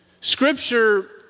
Scripture